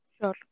Sure